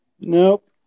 Nope